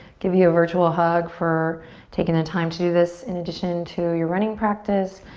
give you a virtual hug for taking the time to do this in addition to your running practice,